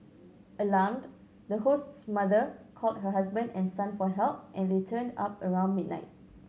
alarmed the host's mother called her husband and son for help and they turned up around midnight